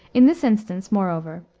in this instance, moreover,